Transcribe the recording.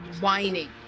whining